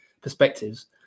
perspectives